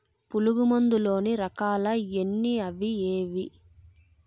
పులుగు మందు లోని రకాల ఎన్ని అవి ఏవి?